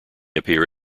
appear